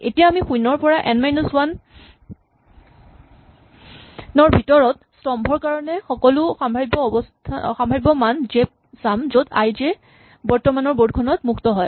এতিয়া আমি শূণ্যৰ পৰা এন মাইনাচ ৱান ৰ ভিতৰত স্তম্ভৰ কাৰণে সকলো সাম্ভাৱ্য মান জে চাম য'ত আই জে বৰ্তমানৰ বৰ্ড খনত মুক্ত হয়